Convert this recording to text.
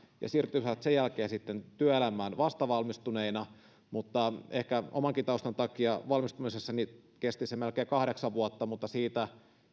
ja siirtyisivät sen jälkeen työelämään vastavalmistuneina mutta ehkä omankin taustani takia valmistumisessani kesti melkein kahdeksan vuotta mutta siitä